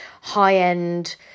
high-end